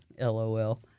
LOL